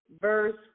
verse